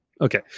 okay